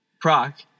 proc